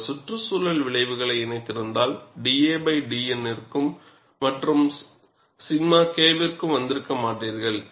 அவர் சுற்றுச்சூழல் விளைவுகளை இணைத்திருந்தால் da dN விற்கும் மற்றும் 𝛅 K விற்கும் வந்திருக்க மாட்டீர்கள்